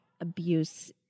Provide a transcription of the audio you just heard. abuse